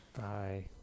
Bye